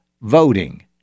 voting